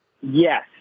Yes